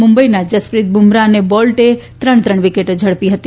મુંબઇના જસપ્રીત બુમરાહ અને બોલ્ટે ત્રણ ત્રણ વિકેટો ઝડપી હતી